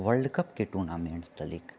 वर्ल्डकपके tournament तलिक